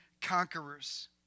conquerors